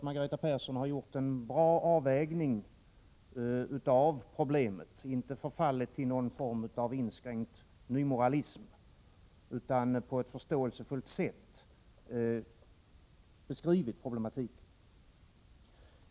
Margareta Persson har gjort en bra avvägning av problemet och inte förfallit till någon form av inskränkt nymoralism utan på ett förståelsefullt sätt beskrivit problematiken.